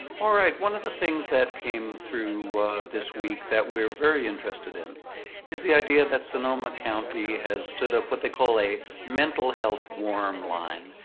all right. one of the things that came through this week that we're very interested in is the idea that sonoma county has stood up what they call a mental health warm line.